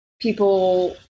people